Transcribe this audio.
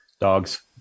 Dogs